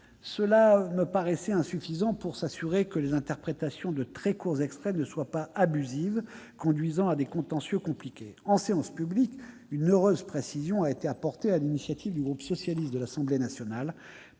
Cela me paraissait insuffisant pour s'assurer que les interprétations de l'expression « très courts extraits » ne soient pas abusives, conduisant à des contentieux compliqués. En séance publique, une heureuse précision a été apportée sur l'initiative du groupe socialiste de l'Assemblée nationale.